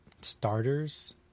Starters